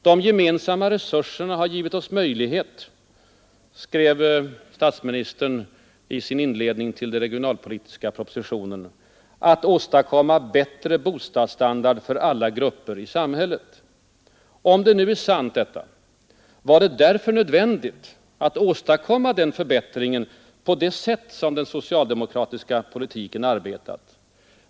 De gemensamma resurserna har givit oss möjlighet — skrev statsministern i sin inledning till den regionalpolitiska propositionen — att åstadkomma bättre bostadsstandard för alla grupper i samhället. Om detta nu är sant, var det därför nödvändigt att åstadkomma den förbättringen på det sätt den socialdemokratiska politiken gjort?